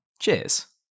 cheers